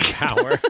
power